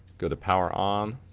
go to power on,